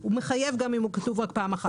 הוא מחייב גם אם הוא כתוב רק פעם אחת.